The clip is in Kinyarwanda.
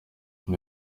dore